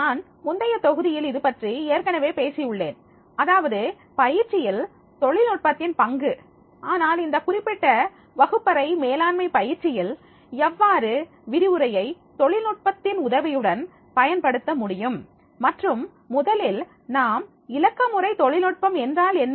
நான் முந்தைய தொகுதியில் இதுபற்றி ஏற்கனவே பேசி உள்ளேன் அதாவது பயிற்சியில் தொழில்நுட்பத்தின் பங்கு ஆனால் இந்த குறிப்பிட்ட வகுப்பறை மேலாண்மை பயிற்சியில் எவ்வாறு விரிவுரையை தொழில்நுட்பத்தின் உதவியுடன் பயன்படுத்த முடியும் மற்றும் முதலில் நாம் இலக்கமுறை தொழில்நுட்பம் என்றால் என்ன